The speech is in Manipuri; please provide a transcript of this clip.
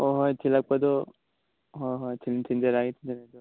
ꯍꯣꯏ ꯍꯣꯏ ꯊꯤꯜꯂꯛꯄꯗꯨ ꯍꯣꯏ ꯍꯣꯏ ꯊꯤꯟꯖꯔꯛꯂꯒꯦ ꯊꯤꯟꯖꯔꯛꯂꯒꯦ